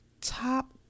top